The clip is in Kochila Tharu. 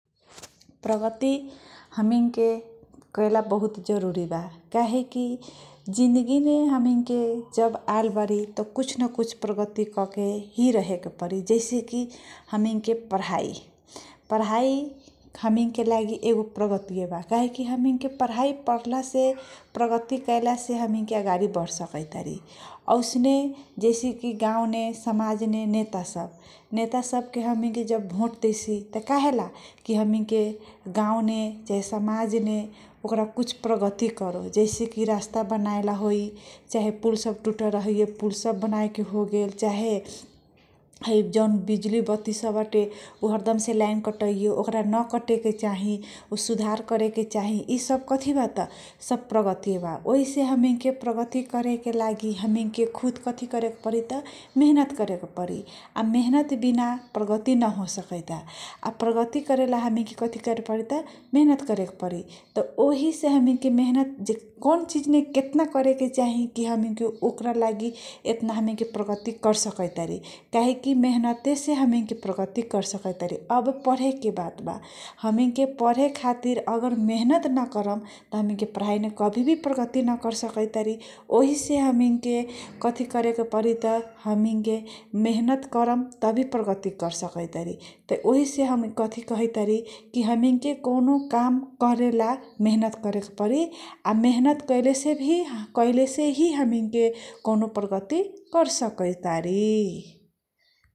प्रगति हामी के करेला बहुत जरुरी बा काहेकी जिन्दगी मे हमिंग के जब आलबारी कुछ न कुछ प्रगति कर केही रहेके परी जैसे हमके पढाई हामी के लागि एगो प्रगति बा काहे कि पढाई प्रल्लासे प्रगति कैलासे हमिङ के अगाडि वर् सक इतारी औसने जैसे कि गाउने समाज मे नेता सब समाज मे ओकारा कुछ प्रगति करेला जैसेकी रास्ता बनाएला होइ चाहे पुल सब टुटल रहे पुल सब बनाए के हो गेल चाहे जो बिजुली बत्ती बा ऊ हरदम से लाइन कटैय त उकारा नकटेके चाहिँ सुधार गरेके चाहिँ यी सब कथिबा सब प्रगति बा ओही से हामी के प्रगति गरेके लागि हामी के खुद कथी करेके परी त मेहनत गरेके परी मेहनत बिना प्रगति नहोई सकैता प्रगति करेला हामी के कति करेके परी मेहनत गरे के परी वही से हमिंग के मेहनत जे ओकरा लागि यताना हामी के प्रगति कर सकैतारी काहे कि मेहनत से हामी के प्रगति कर सकैतारी अब परे के बा हामी के पढे खातिर अगर मेहनत नाकरम पढाइमे कभी भी प्रगति नकर सकैतारी वही हामी के मेहनत करम तभी प्रगति कर सकै तारी त ओहिसे हामिन के कथी कहै तारी कौनो काम करेला मेहनत गरेके परी आ मेहनत कहिले सेही हामी के कौनो प्रगति कर सकै तारी।